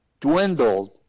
dwindled